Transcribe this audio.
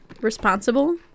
responsible